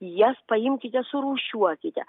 jas paimkite surūšiuokite